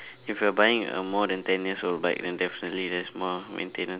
if you're buying a more than ten years old bike then definitely there's more maintenance